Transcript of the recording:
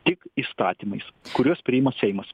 tik įstatymais kuriuos priima seimas